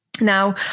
Now